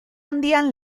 handian